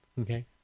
Okay